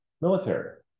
military